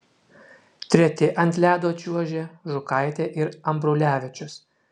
treti ant ledo čiuožė žukaitė ir ambrulevičius